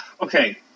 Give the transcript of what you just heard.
okay